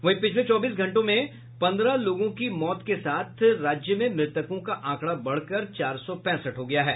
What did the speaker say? वहीं पिछले चौबीस घंटे में पन्द्रह लोगों की मौत के साथ ही मृतकों का आंकड़ा बढ़कर चार सौ पैंसठ हो गया है